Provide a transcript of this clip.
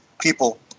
people